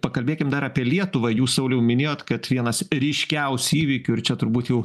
pakalbėkim dar apie lietuvą jūs sauliau minėjot kad vienas ryškiausių įvykių ir čia turbūt jau